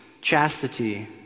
chastity